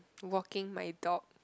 walking my dog